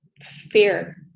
fear